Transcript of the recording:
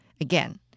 again